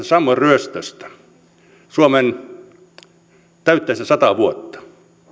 sammon ryöstöstä suomen täyttäessä sata vuotta sdp